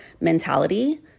mentality